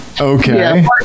Okay